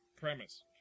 premise